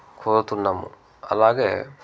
కోరుతున్నాము అలాగే